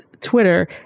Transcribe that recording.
Twitter